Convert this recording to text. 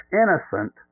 innocent